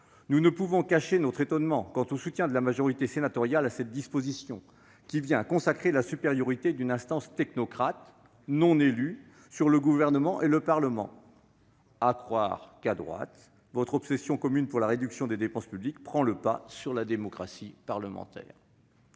Nous ne pouvons cacher notre étonnement quant au soutien de la majorité sénatoriale à cette disposition, qui vient consacrer la supériorité d'une instance technocratique, non élue, sur le Gouvernement et le Parlement. À croire, mes chers collègues de la droite, que votre obsession commune pour la réduction des dépenses publiques prend le pas sur la démocratie parlementaire